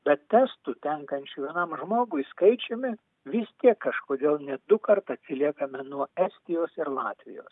bet testų tenkančių vienam žmogui skaičiumi vis tiek kažkodėl net dukart atsiliekame nuo estijos ir latvijos